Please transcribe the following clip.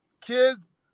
kids